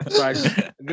Right